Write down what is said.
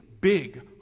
big